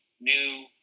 new